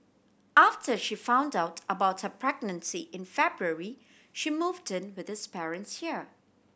after she found out about her pregnancy in February she moved in with his parents here